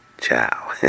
ciao